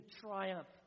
triumph